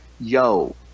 yo